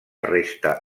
resta